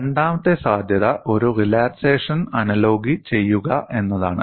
രണ്ടാമത്തെ സാധ്യത ഒരു റിലാക്സേഷൻ അനലോഗി ചെയ്യുക എന്നതാണ്